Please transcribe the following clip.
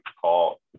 Call